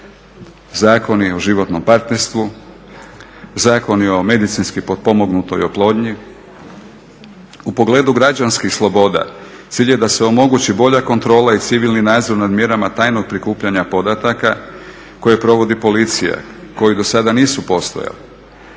Zakoni o životnom partnerstvu, zakoni o medicinski potpomognutoj oplodnji, u pogledu građanskih sloboda cilj je da se omogući bolja kontrola i civilni nadzor nad mjerama tajnog prikupljanja podataka koji provodi policija, koji do sada nisu postojali.